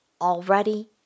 already